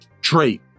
trait